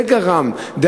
זה גרם לזה.